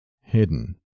hidden